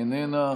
איננה,